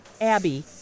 Abby